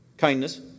Kindness